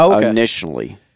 initially